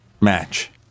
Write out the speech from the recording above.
match